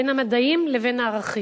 בין המדעים לבין הערכים.